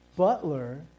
butler